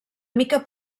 mica